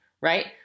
right